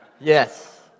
Yes